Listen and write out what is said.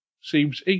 seems